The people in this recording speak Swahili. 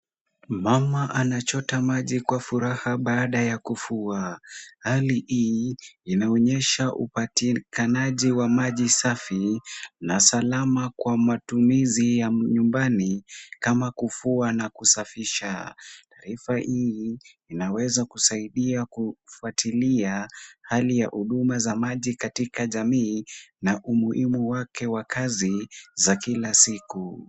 Mama anachota maji kwa furaha baada ya kufua. Hali hii inaonyesha upatikanaji wa maji safi na salama kwa matumizi ya nyumbani kama kufua na kusafisha. Taarifa hii inaweza kusaidia kufuatilia hali ya huduma za maji katika jamii na umuhimu wake wa kazi za kila siku.